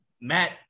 Matt